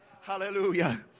Hallelujah